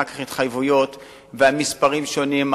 אחר כך התחייבויות ומספרים שונים,